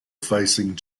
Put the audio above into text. facing